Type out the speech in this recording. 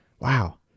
Wow